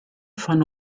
von